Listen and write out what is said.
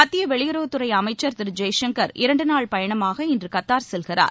மத்திய வெளியுறவுத்துறை அமைச்சர் திரு ஜெய்சங்கர் இரண்டு நாள் பயணமாக இன்று கத்தார் செல்கிறார்